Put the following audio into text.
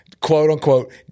quote-unquote